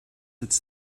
its